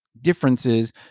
differences